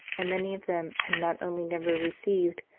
and many of them had not only never received,